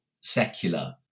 secular